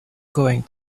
going